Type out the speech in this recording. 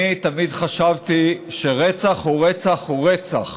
אני תמיד חשבתי שרצח הוא רצח הוא רצח,